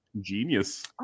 Genius